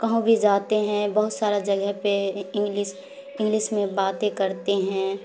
کہوں بھی جاتے ہیں بہت سارا جگہ پہ انگلش انگلش میں باتیں کرتے ہیں